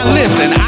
listen